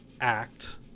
act